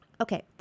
Okay